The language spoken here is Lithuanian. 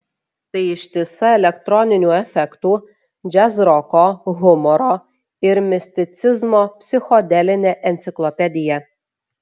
tai ištisa elektroninių efektų džiazroko humoro ir misticizmo psichodelinė enciklopedija